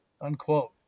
unquote